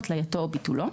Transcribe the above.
התלייתו או ביטולו.